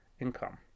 income